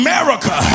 America